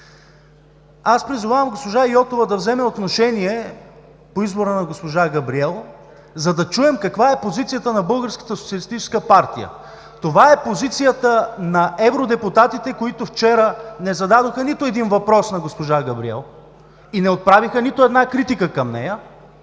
Аз призовавам госпожа Йотова да вземе отношение по избора на госпожа Габриел, за да чуем каква е позицията на Българската социалистическа партия. Това е позицията на евродепутатите, които вчера не зададоха нито един въпрос на госпожа Габриел и не отправиха нито една критика към нея.